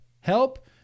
help